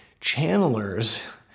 channelers